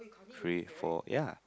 three four ya